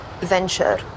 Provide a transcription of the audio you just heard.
venture